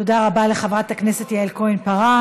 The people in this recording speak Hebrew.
תודה רבה לחברת הכנסת יעל כהן-פארן.